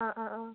ആ ആ ആ